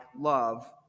love